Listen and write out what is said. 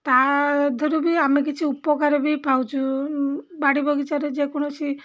ତା' ଦେହରୁ ବି ଆମେ କିଛି ଉପକାର ବି ପାଉଛୁ ବାଡ଼ି ବଗିଚାରେ ଯେକୌଣସି